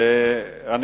השר יוסי פלד,